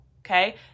okay